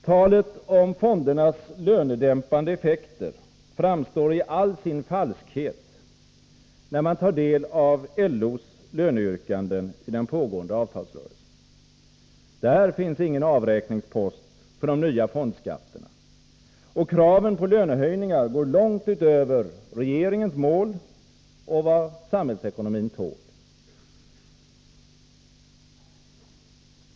Talet om fondernas lönedämpande effekter framstår i all sin falskhet, när man tar del av LO:s löneyrkanden i den pågående avtalsrörelsen. Där finns ingen avräkningspost för de nya fondskatterna, och kraven på lönehöjningar går långt utöver regeringens mål och vad samhällsekonomin tål.